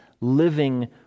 living